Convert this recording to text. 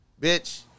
Bitch